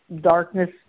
darkness